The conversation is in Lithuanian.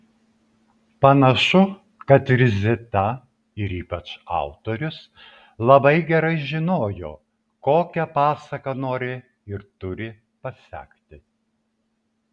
panašu kad ir zita ir ypač autorius labai gerai žinojo kokią pasaką nori ir turi pasekti